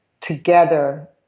together